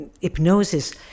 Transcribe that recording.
hypnosis